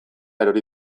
erori